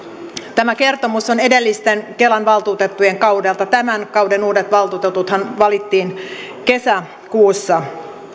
tämä kertomus on edellisten kelan valtuutettujen kaudelta tämän kauden uudet valtuutetuthan valittiin kesäkuussa